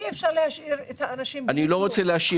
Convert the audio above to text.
אי אפשר להשאיר את האנשים בלי כלום.